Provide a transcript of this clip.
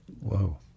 Whoa